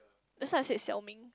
just now I said Xiao-Ming